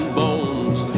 bones